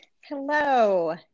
Hello